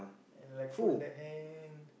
like put at the hand